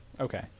Okay